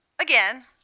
Again